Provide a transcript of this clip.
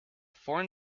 foreign